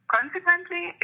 Consequently